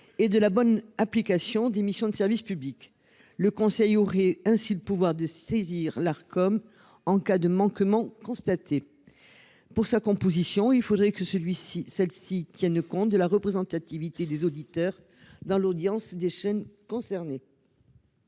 Et de la bonne application des missions de service public. Le Conseil aurait ainsi le pouvoir de saisir l'Arcom en cas de manquement constaté. Pour sa composition. Il faudrait que celui-ci celle-ci tiennent compte de la représentativité des auditeurs dans l'audience des chaînes concernées.